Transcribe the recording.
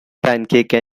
pancakes